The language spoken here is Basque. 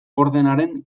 ordenaren